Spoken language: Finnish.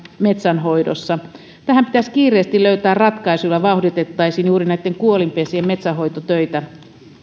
metsänhoidossa tähän pitäisi kiireesti löytää ratkaisu jolla vauhditettaisiin juuri näitten kuolinpesien metsänhoitotöitä